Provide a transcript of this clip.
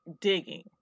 digging